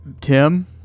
Tim